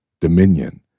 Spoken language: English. dominion